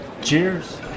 Cheers